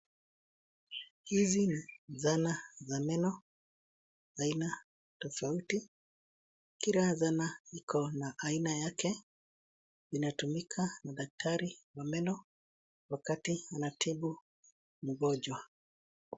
Hizi ni zana za meno za aina tofauti. Kila zana iko na aina yake. Inatumika na daktari wa meno wakati anatibu mgonjwa.